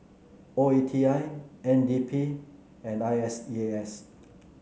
O E T I N D P and I S E A S